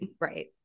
Right